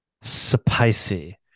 spicy